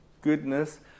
goodness